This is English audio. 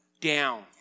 Down